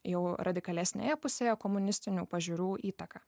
jau radikalesnėje pusėje komunistinių pažiūrų įtaką